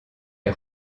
est